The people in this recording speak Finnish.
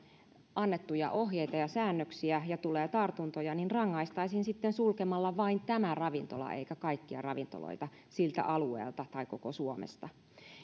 annettuja ohjeita ja säännöksiä ja tulee tartuntoja niin rangaistaisiin sitten sulkemalla vain tämä ravintola eikä kaikkia ravintoloita siltä alueelta tai koko suomesta